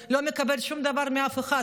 הוא לא מקבל שום דבר מאף אחד,